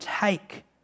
take